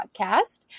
podcast